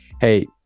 hey